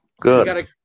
Good